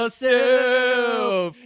soup